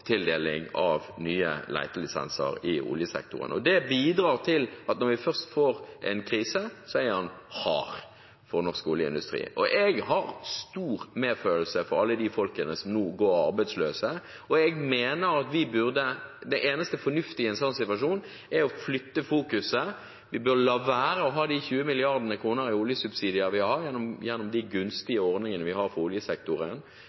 tildeling av nye letelisenser i oljesektoren. Det bidrar til at når vi først får en krise, så er den hard for norsk oljeindustri. Jeg har stor medfølelse med alle de folkene som nå går arbeidsløse, og jeg mener at det eneste fornuftige i en slik situasjon er å flytte fokuset: Vi bør la være å ha de 20 mrd. kr i oljesubsidier som vi har gjennom de gunstige ordningene for oljesektoren;